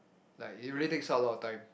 like it really takes up a lot of time